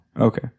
Okay